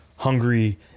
hungry